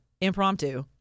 impromptu